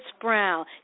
brown